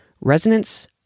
Resonance